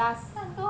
酱多